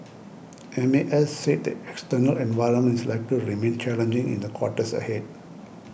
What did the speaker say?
M A S said the external environment is likely to remain challenging in the quarters ahead